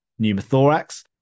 pneumothorax